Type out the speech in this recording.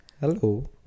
hello